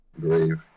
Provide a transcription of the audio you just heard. Grave